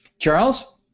Charles